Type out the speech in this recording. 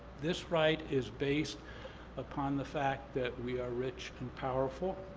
this right is based upon the fact that we are rich and powerful,